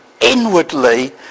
inwardly